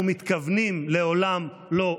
אנחנו מתכוונים "לעולם לא עוד".